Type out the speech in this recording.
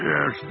Yes